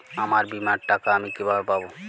আমার বীমার টাকা আমি কিভাবে পাবো?